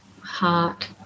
Heart